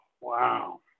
wow